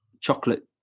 chocolate